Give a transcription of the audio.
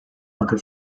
occur